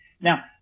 Now